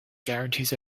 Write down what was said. guarantees